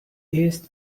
east